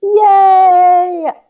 Yay